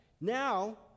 now